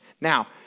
Now